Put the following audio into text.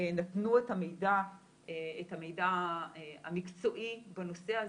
נתנו את המידע המקצועי בנושא הזה,